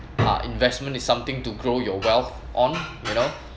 uh investment is something to grow your wealth on you know